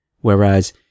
Whereas